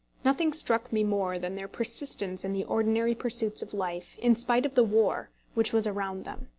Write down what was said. nothing struck me more than their persistence in the ordinary pursuits of life in spite of the war which was around them.